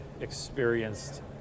experienced